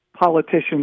politicians